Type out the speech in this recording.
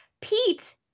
Pete